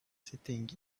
sitting